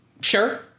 Sure